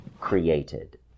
created